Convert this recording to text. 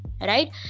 Right